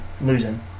losing